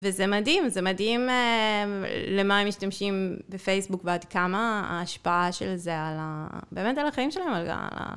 וזה מדהים, זה מדהים למה הם משתמשים בפייסבוק ועד כמה ההשפעה של זה, באמת על החיים שלהם.